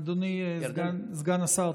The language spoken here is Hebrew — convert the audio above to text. אדוני סגן השר,